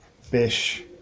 fish